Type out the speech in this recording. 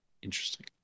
interesting